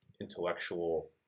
intellectual